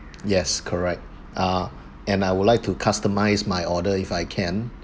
yes correct ah and I would like to customize my order if I can